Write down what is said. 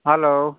hello